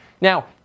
Now